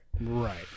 Right